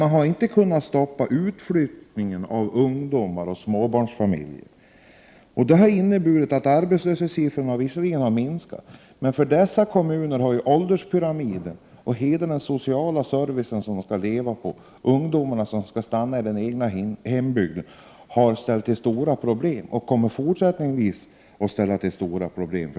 Men i dessa kommuner har utflyttningen av ungdomar och småbarnsfamiljer inte kunnat stoppas. Det har inneburit att arbetslöshetssiffrorna visserligen har blivit mindre. Men i dessa kommuner har man fått problem med ålderspyramiden, den sociala servicen och ungdomarna som skall stanna i den egna hembygden, och dessa problem kommer att finnas kvar.